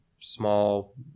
small